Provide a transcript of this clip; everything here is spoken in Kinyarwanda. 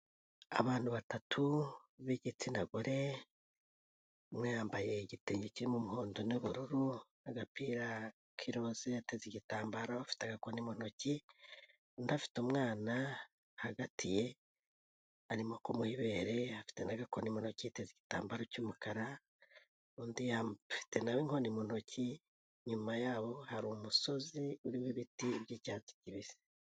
Abantu batatu b'igitsina gore, umwe yambaye igitenge kirimo umuhondo n'ubururu n'agapira k'iroze, yateze igitambaro, afite agakoni mu ntoki, undi afite umwana hagati ye, arimo kumuha ibere, afite n'agakoni mu ntoki, yiteze igitambaro cy'umukara, undi afite na we inkoni mu ntoki, inyuma yaho hari umusozi, uriho ibiti by'icyatsi kibisi.